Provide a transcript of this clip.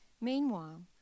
Meanwhile